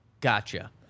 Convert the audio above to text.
Gotcha